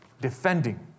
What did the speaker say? defending